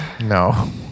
No